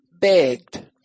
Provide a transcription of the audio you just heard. begged